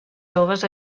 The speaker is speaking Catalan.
joves